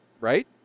Right